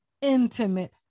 intimate